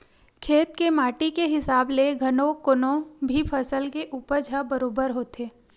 खेत के माटी के हिसाब ले घलो कोनो भी फसल के उपज ह बरोबर होथे